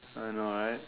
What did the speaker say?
I know right